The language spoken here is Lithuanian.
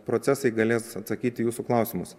procesai galės atsakyti į jūsų klausimus